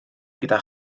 gyda